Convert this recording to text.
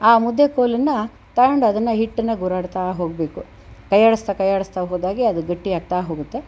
ಆ ಮುದ್ದೆ ಕೋಲನ್ನು ತಗೊಂಡ್ ಅದನ್ನು ಹಿಟ್ಟನ್ನು ಗೂರಾಡುತ್ತ ಹೋಗಬೇಕು ಕೈಯ್ಯಾಡಿಸುತ್ತಾ ಕೈಯ್ಯಾಡಿಸುತ್ತಾ ಹೋದಾಗೆ ಅದು ಗಟ್ಟಿ ಆಗ್ತಾಹೋಗುತ್ತೆ